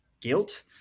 guilt